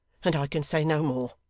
and i can say no more